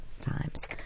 times